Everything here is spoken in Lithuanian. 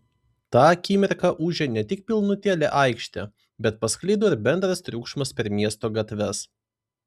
tą akimirką ūžė ne tik pilnutėlė aikštė bet pasklido ir bendras triukšmas per miesto gatves